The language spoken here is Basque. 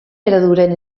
ereduren